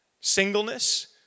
Singleness